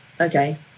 Okay